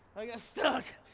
i got stuck,